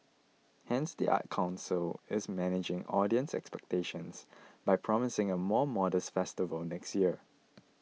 hence the arts council is managing audience expectations by promising a more modest festival next year